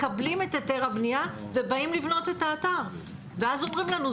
מקבלים את היתר הבנייה ובאים לבנות את האתר ואז אומרים לנו,